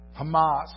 Hamas